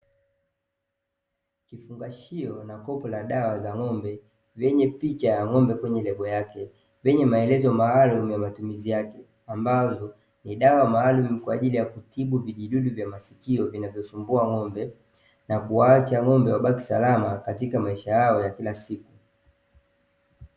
Kifungashio na kopo la dawa za ng'ombe vyenye picha ya ng'ombe kwenye lebo yake, vyenye maelezo maalumu ya matumizi yake, ambazo ni dawa maalumu kwa ajili ya kutibu vijidudu vya masikio vinavyo sumbua ng'ombe, na kuwaacha ng'ombe wabaki salama katika maisha yao ya kila siku.